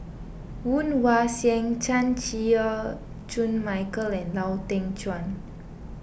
Woon Wah Siang Chan Chew Koon Michael and Lau Teng Chuan